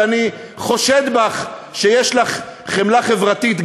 שאני חושד בך שיש בך חמלה חברתית,